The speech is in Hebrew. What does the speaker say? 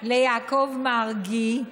ליעקב מרגי,